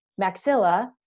maxilla